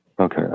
Okay